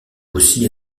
aussi